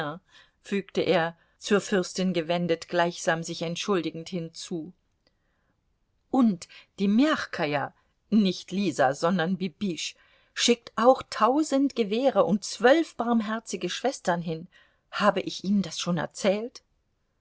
fügte er zur fürstin gewendet gleichsam sich entschuldigend hinzu und die mjachkaja nicht lisa sondern bibiche schickt auch tausend gewehre und zwölf barmherzige schwestern hin habe ich ihnen das schon er